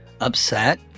upset